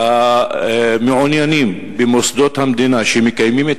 שהמעוניינים במוסדות המדינה שמקיימים את